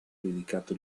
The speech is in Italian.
dedicato